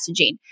messaging